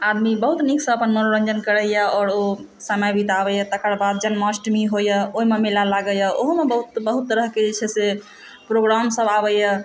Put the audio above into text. आदमी बहुत नीकसँ अपन मनोरन्जन करैया आओर ओ समय बिताबैया तकर बाद जन्माष्टमी होइया ओहिमे मेला लागैया ओहुमे बहुत तरहके जे छै से प्रोग्राम सब आबैया